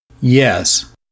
yes